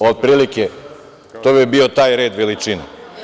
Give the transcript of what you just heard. Otprilike, to bi bio taj red veličine.